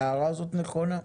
ההערה הזאת נכונה.